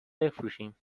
بفروشیم